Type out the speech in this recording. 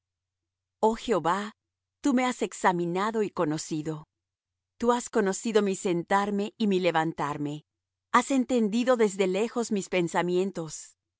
oh jehová tú me has examinado y conocido tú has conocido mi sentarme y mi levantarme has entendido desde lejos mis pensamientos